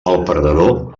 perdedor